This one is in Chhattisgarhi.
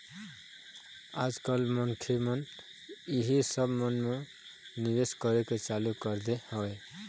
आज कल मनखे मन इही सब मन म निवेश करे के चालू कर दे हवय